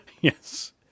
Yes